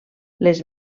les